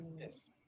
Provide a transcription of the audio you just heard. Yes